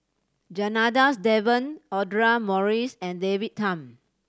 Janadas Devan Audra Morrice and David Tham